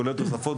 כולל תוספות,